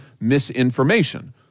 misinformation